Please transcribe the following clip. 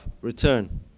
return